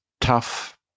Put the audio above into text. tough